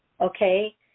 okay